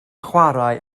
chwarae